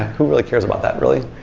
who really cares about that really.